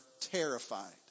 terrified